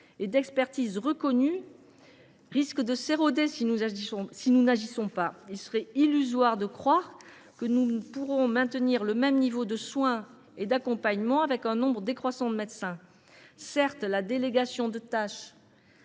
et d’expertise reconnue, risque de s’éroder si nous n’agissons pas. Il serait illusoire de croire que nous pourrons maintenir le même niveau de soin et d’accompagnement avec un nombre décroissant de médecins. Certes, la délégation de tâches